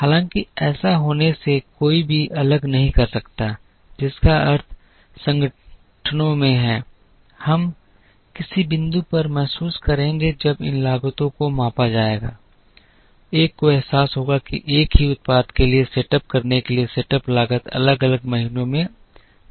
हालाँकि ऐसा होने से कोई भी अलग नहीं कर सकता है जिसका अर्थ संगठनों में है हम किसी बिंदु पर महसूस करेंगे जब इन लागतों को मापा जाएगा एक को एहसास होगा कि एक ही उत्पाद के लिए सेटअप करने के लिए सेटअप लागत अलग अलग महीनों में भिन्न हो सकती है